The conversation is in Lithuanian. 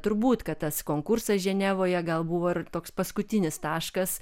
turbūt kad tas konkursas ženevoje gal buvo ir toks paskutinis taškas